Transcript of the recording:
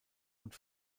und